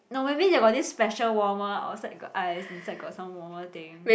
no maybe they got this special warmer outside got ice inside got some warmer thing